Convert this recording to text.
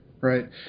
right